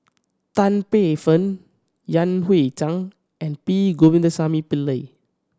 Tan Paey Fern Yan Hui Chang and P Govindasamy Pillai